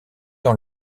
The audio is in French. dans